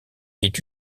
est